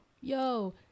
yo